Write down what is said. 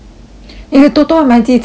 你的 toto 要买几次